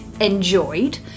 enjoyed